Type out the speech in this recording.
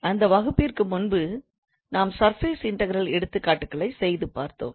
அந்த வகுப்பிற்கு முன்பு நாம் சர்ஃபேஸ் இன்டகிரல் எடுத்துக்காட்டுகளை செய்து பார்த்தோம்